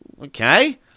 okay